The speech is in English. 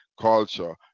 culture